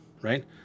right